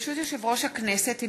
ברשות יושב-ראש הכנסת,